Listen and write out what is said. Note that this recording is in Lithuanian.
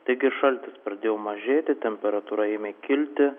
taigi šaltis pradėjo mažėti temperatūra ėmė kilti